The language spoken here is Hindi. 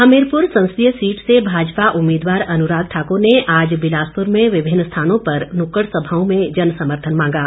हमीरपुर संसदीय सीट से भाजपा उम्मीदवार अनुराग ठाकुर ने आज बिलासपुर में विभिन्न स्थानों पर नुक्कड़ सभाओं में जन समर्थन मांगा